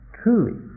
truly